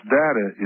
data